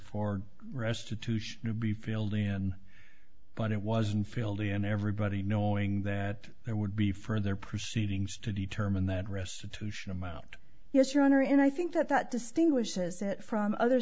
for restitution to be filled in but it wasn't filled in everybody knowing that there would be further proceedings to determine that restitution amount yes your honor and i think that that distinguishes it from other